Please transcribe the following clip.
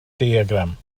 diagram